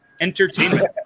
Entertainment